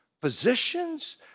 positions